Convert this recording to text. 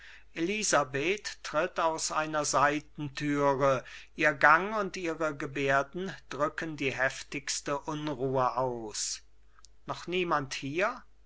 elisabeth tritt aus einer seitentüre ihr gang und ihre gebärden drücken die heftigste unruhe aus noch niemand hier